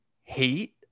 hate